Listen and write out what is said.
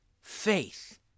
faith